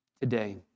today